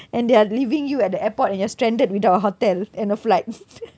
and they are leaving you at the airport and you are stranded without a hotel and a flight